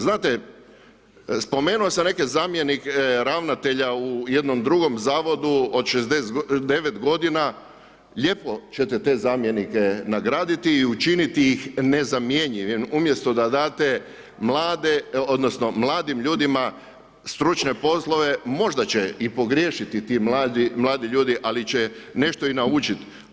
Znate, spomenuo sam neke zamjenike ravnatelja u jednom drugom zavodu od 69 godina, lijepo ćete te zamjenike nagraditi i učiniti ih nezamijenjenim umjesto da date mladim ljudima stručne poslove, možda će i pogriješiti ti mladi ljudi, ali će nešto i naučiti.